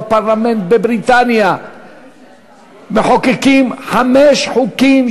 בפרלמנט בבריטניה מחוקקים חמישה חוקים,